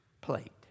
plate